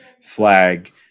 flag